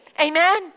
Amen